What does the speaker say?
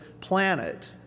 planet